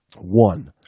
One